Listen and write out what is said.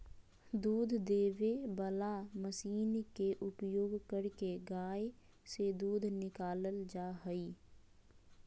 दूध देबे वला मशीन के उपयोग करके गाय से दूध निकालल जा हइ